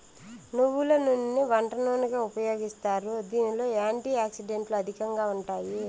నువ్వుల నూనెని వంట నూనెగా ఉపయోగిస్తారు, దీనిలో యాంటీ ఆక్సిడెంట్లు అధికంగా ఉంటాయి